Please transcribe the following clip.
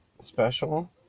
special